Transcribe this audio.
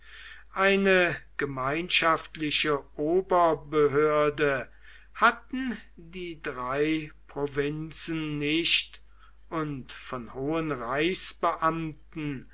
eine gemeinschaftliche oberbehörde hatten die drei provinzen nicht und von hohen reichsbeamten